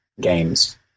games